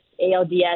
ALDS